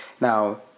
Now